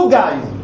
guys